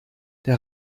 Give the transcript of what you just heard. der